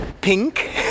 pink